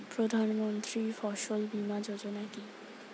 প্রধানমন্ত্রী ফসল বীমা যোজনা কি?